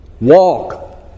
Walk